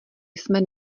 jsme